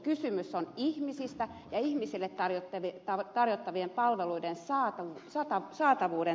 kysymys on ihmisistä ja ihmisille tarjottavien palveluiden saatavuuden turvaamisesta